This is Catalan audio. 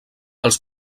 els